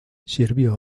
sirvió